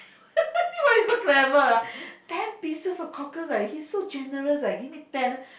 why you so clever ah ten pieces of cockles eh he so generous eh give me ten